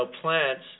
plants